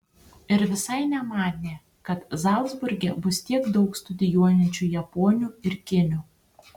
ir visai nemanė kad zalcburge bus tiek daug studijuojančių japonių ir kinių